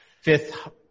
Fifth